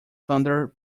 thunder